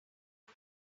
few